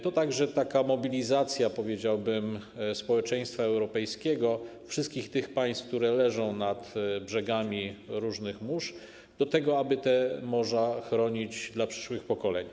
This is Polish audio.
To także taka, powiedziałbym, mobilizacja społeczeństwa europejskiego, wszystkich tych państw, które leżą nad brzegami różnych mórz, do tego, aby te morza chronić dla przyszłych pokoleń.